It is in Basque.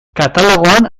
katalogoan